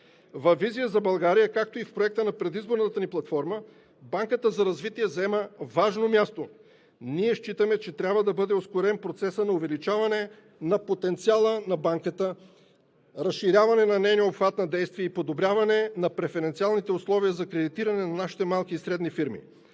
Във „Визия за България“, както и в Проекта на предизборната ни платформа Банката за развитие заема важно място. Ние считаме, че трябва да бъде ускорен процесът на увеличаване на потенциала на Банката, разширяване на нейния обхват на действие и подобряване на преференциалните условия за кредитиране на нашите малки и средни фирми.